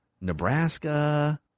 Nebraska